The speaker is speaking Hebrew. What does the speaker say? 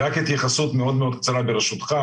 רק התייחסות מאד מאד קצרה ברשותך,